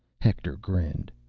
hector grinned.